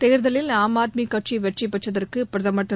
தேர்தலில் ஆம் ஆத்மி கட்சி வெற்றி பெற்றதற்கு பிரதமர் திரு